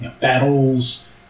battles